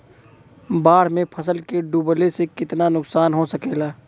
बाढ़ मे फसल के डुबले से कितना नुकसान हो सकेला?